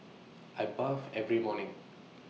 I bath every morning